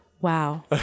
Wow